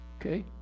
Okay